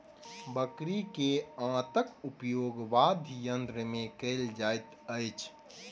बकरी के आंतक उपयोग वाद्ययंत्र मे कयल जाइत अछि